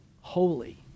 holy